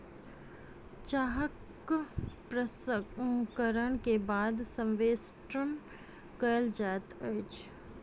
चाहक प्रसंस्करण के बाद संवेष्टन कयल जाइत अछि